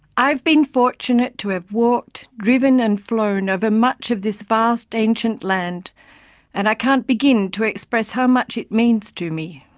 i've been fortunate to have walked, driven and flown over much of this vast ancient land and i can't begin to express how much it means to me.